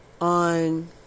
on